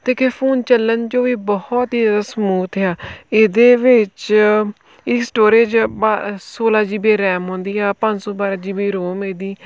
ਅਤੇ ਇੱਕ ਇਹ ਫੋਨ ਚੱਲਣ 'ਚੋਂ ਵੀ ਬਹੁਤ ਹੀ ਜ਼ਿਆਦਾ ਸਮੂਥ ਆ ਇਹਦੇ ਵਿੱਚ ਇਹ ਸਟੋਰੇਜ ਮਾ ਸੋਲ੍ਹਾਂ ਜੀ ਬੀ ਰੈਮ ਆਉਂਦੀ ਆ ਪੰਜ ਸੌ ਬਾਰਾਂ ਜੀ ਬੀ ਰੋਮ ਇਹਦੀ